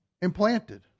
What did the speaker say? Implanted